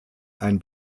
ein